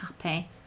happy